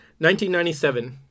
1997